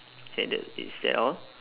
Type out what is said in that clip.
okay that is that all